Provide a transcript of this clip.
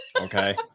okay